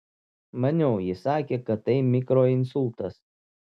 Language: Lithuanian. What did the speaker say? maniau jis sakė kad tai mikroinsultas